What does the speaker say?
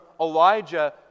Elijah